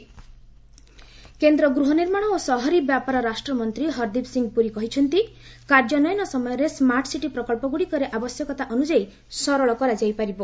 AP housing minister କେନ୍ଦ୍ର ଗୃହନିର୍ମାଣ ଓ ସହରୀ ବ୍ୟାପାର ରାଷ୍ଟ୍ରମନ୍ତ୍ରୀ ହରଦୀପ୍ ସିଂ ପୁରି କହିଛନ୍ତି କାର୍ଯ୍ୟାନ୍ୱୟନ ସମୟରେ ସ୍କାର୍ଟ ସିଟି ପ୍ରକଳ୍ପଗୁଡ଼ିକରେ ଆବଶ୍ୟକତା ଅନୁଯାୟୀ ସରଳ କରାଯାଇପାରିବ